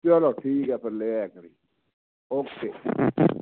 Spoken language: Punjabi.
ਚਲੋ ਠੀਕ ਹੈ ਫਿਰ ਲੈ ਆਇਆ ਕਰੀਂ ਓਕੇ